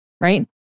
Right